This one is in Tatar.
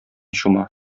чума